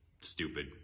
stupid